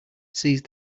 seize